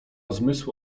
zmysł